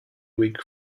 weak